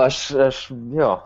aš aš jo